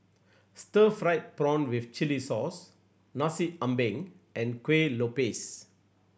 stir fried prawn with chili sauce Nasi Ambeng and Kuih Lopes